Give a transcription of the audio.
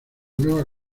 nueva